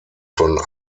von